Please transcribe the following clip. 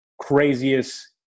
craziest